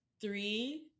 three